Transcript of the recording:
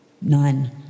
None